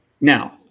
Now